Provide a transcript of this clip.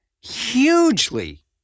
hugely